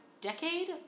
decade